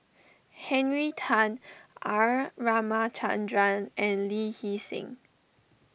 Henry Tan R Ramachandran and Lee Hee Seng